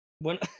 Bueno